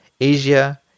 Asia